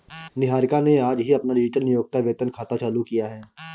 निहारिका ने आज ही अपना डिजिटल नियोक्ता वेतन खाता चालू किया है